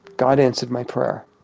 god answered my prayer.